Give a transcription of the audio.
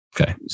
Okay